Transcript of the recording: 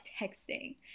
texting